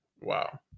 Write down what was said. Wow